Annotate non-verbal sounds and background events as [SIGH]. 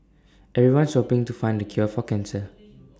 everyone's shopping to find the cure for cancer [NOISE]